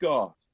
God